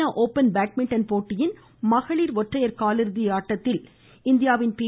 சீன open badminton போட்டியின் மகளிர் காலிறுதி ஆட்டத்தில் இந்தியாவின் பி